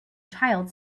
child